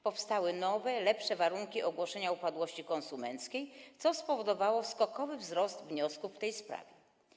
Powstały nowe, lepsze warunki ogłoszenia upadłości konsumenckiej, co spowodowało skokowy wzrost liczby wniosków w tej sprawie.